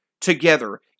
together